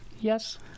yes